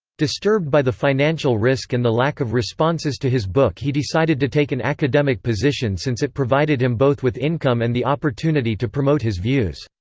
disturbed by the financial risk and the lack of responses to his book he decided to take an academic position since it provided him both with income and the opportunity to promote his views.